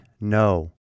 no